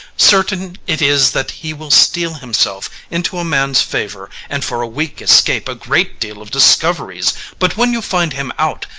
certain it is that he will steal himself into a man's favour, and for a week escape a great deal of discoveries but when you find him out,